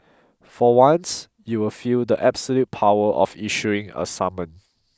for once you'll feel the absolute power of issuing a summon